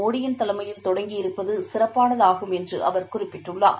மோடியின் தலைமையில் தொடங்கியிருப்பதுசிறப்பானதாகும் என்றுஅவரகுறிப்பிட்டுள்ளார்